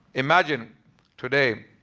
imagine today,